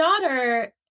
daughter